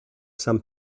san